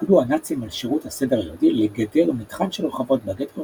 פקדו הנאצים על שירות הסדר היהודי לגדר מתחם של